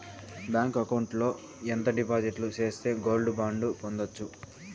Bank account లో ఎంత డిపాజిట్లు సేస్తే గోల్డ్ బాండు పొందొచ్చు?